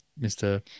Mr